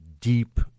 deep